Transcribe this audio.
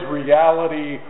reality